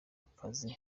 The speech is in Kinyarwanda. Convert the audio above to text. akazi